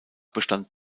bestand